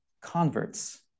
converts